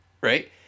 right